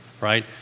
Right